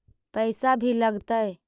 पैसा भी लगतय?